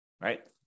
right